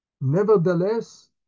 Nevertheless